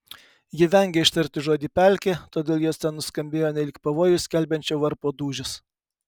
ji vengė ištarti žodį pelkė todėl jos ten nuskambėjo nelyg pavojų skelbiančio varpo dūžis